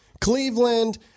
Cleveland